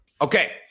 Okay